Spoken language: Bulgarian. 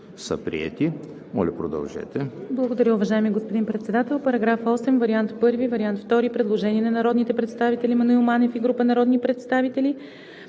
са приети. Моля, продължете.